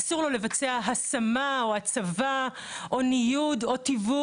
אסור לו לבצע השמה או הצבה או ניוד או תיווך,